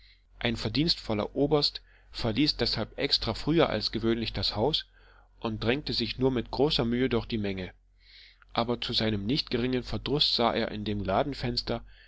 ein verdienstvoller oberst verließ deshalb extra früher als gewöhnlich das haus und drängte sich nur mit großer mühe durch die menge aber zu seinem nicht geringen verdruß sah er in dem